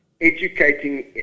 educating